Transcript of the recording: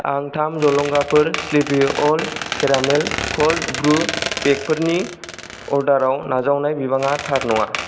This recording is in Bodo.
आं थाम जलंगाफोर sleepy owl caramel cold brew बेगफोरनि अर्डाराव नाजावनाय बिबाङा थार नङा